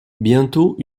bientôt